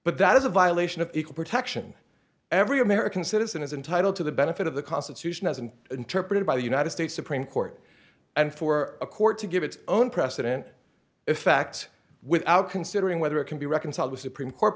but that is a violation of equal protection every american citizen is entitled to the benefit of the constitution as an interpreted by the united states supreme court and for a court to give its own precedent effect without considering whether it can be reconciled with supreme court